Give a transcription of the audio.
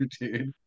dude